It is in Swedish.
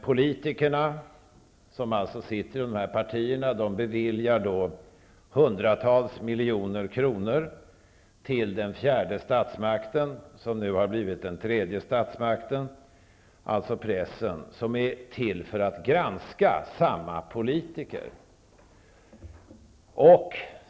Politikerna, som företräder dessa partier, beviljar hundratals miljoner kronor till den fjärde statsmakten, som nu har blivit den tredje statsmakten, dvs. den press som är till för att granska samma politiker.